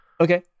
Okay